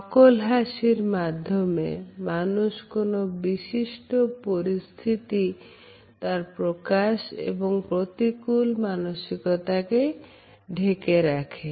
নকল হাসির মাধ্যমে মানুষ কোন বিশিষ্ট পরিস্থিতি তার প্রকাশ এবং প্রতিকূল মানসিকতাকে ঢেকে রাখে